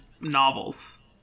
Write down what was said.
novels